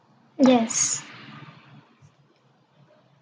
yes